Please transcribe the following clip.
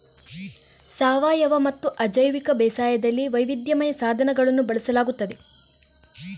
ಸಾವಯವಮತ್ತು ಅಜೈವಿಕ ಬೇಸಾಯದಲ್ಲಿ ವೈವಿಧ್ಯಮಯ ಸಾಧನಗಳನ್ನು ಬಳಸಲಾಗುತ್ತದೆ